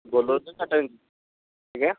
ବୋଲୋରୋ ନା ଟାଟା ଆଜ୍ଞା